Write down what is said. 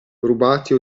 rubati